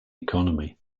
economy